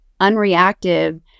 unreactive